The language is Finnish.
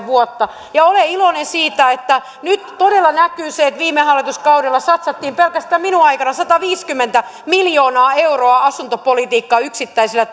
vuotta olen iloinen siitä että nyt todella näkyy se että viime hallituskaudella satsattiin pelkästään minun aikanani sataviisikymmentä miljoonaa euroa asuntopolitiikkaan yksittäisillä